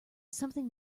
something